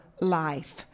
life